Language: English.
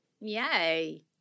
Yay